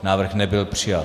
Návrh nebyl přijat.